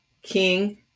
King